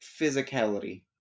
physicality